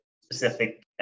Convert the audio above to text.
specific